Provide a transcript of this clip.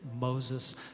Moses